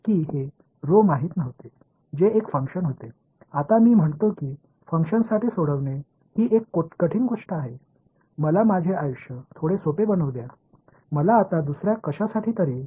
இப்போது நான் ஒரு செயல்பாட்டைத் தீர்ப்பது கடினமான விஷயம் என்று சொல்கிறேன் என் வாழ்க்கையை கொஞ்சம் எளிமையாக்குகிறேன் இப்போது வேறு எதையாவது தீர்க்க அனுமதிக்கிறேன்